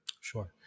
Sure